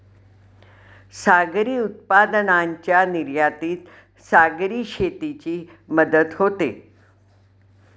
सागरी उत्पादनांच्या निर्यातीत सागरी शेतीची मदत होते